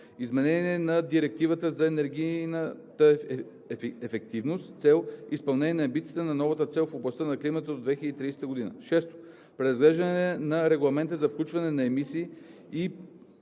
Изменение на Директивата за енергийната ефективност с цел изпълнение на амбицията на новата цел в областта на климата до 2030 г. 6. Преразглеждане на Регламента за включване на емисиите и поглъщанията на